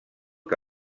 que